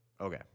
Okay